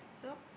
so